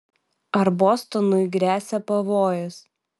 ar bostonui gresia pavojus